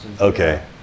Okay